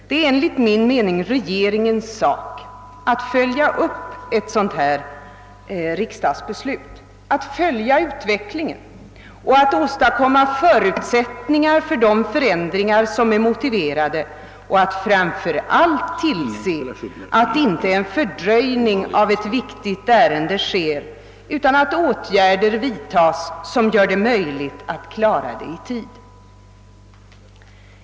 Det är enligt min mening regeringens uppgift att förverkliga ett sådant här riksdagsbeslut, att följa utvecklingen och åstadkomma förutsättningar för de förändringar, som är motiverade, och att framför allt tillse att ett viktigt ärende inte fördröjs utan att åtgärder vidtas som gör det möjligt att klara det i tid.